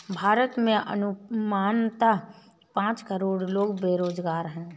भारत में अनुमानतः पांच करोड़ लोग बेरोज़गार है